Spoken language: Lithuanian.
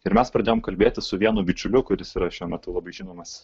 ir mes pradėjom kalbėtis su vienu bičiuliu kuris yra šiuo metu labai žinomas